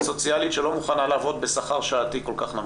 סוציאלית שלא מוכנה לעבוד בשכר שעתי כל כך נמוך?